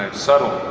subtle,